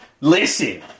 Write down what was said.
Listen